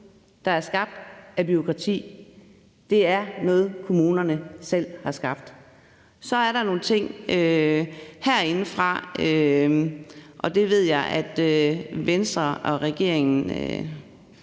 der er skabt, er noget, kommunerne selv har skabt. Så er der nogle ting, som kommer herindefra, og det ved jeg Venstre og regeringen